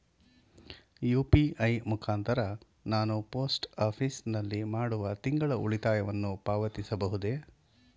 UPI ಮುಖಾಂತರ ನಾನು post office ನಲ್ಲಿ ಮಾಡುವ ತಿಂಗಳ ಉಳಿತಾಯವನ್ನು ಪಾವತಿಸಬಹುದೇ?